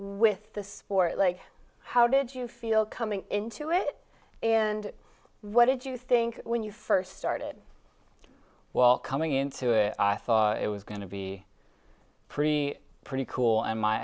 with the sport like how did you feel coming into it and what did you think when you first started well coming into it i thought it was going to be pre pretty cool and my